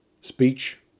speech